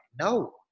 no